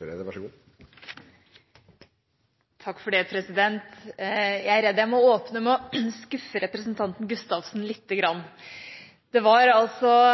redd jeg må åpne med å skuffe representanten Gustavsen lite grann. Det var